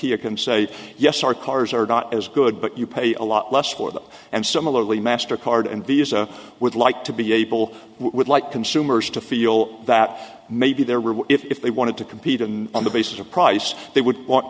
he can say yes our cars are not as good but you pay a lot less for them and similarly mastercard and visa would like to be able would like consumers to feel that maybe they're really if they wanted to compete in on the basis of price they would want